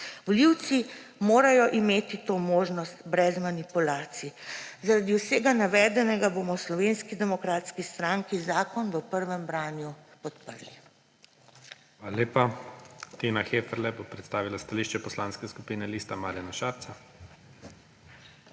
Volivci morajo imeti to možnost brez manipulacij. Zaradi vsega navedenega bomo v Slovenski demokratski stranki zakon v prvem branju podprli. **PREDSEDNIK IGOR ZORČIČ:** Hvala lepa. Tina Heferle bo predstavila stališče Poslanske skupine Liste Marjana Šarca. **TINA